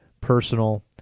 personal